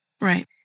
Right